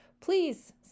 Please